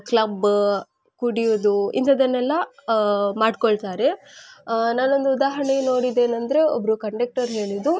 club ಕುಡಿಯೋದು ಇಂಥದ್ದನ್ನೆಲ್ಲಾ ಮಾಡಿಕೊಳ್ತಾರೆ ನಾನೊಂದು ಉದಾಹರಣೆ ನೋಡಿದ್ದೇನಂದರೆ ಒಬ್ಬರು ಕಂಡೆಕ್ಟರ್ ಹೇಳಿದ್ದು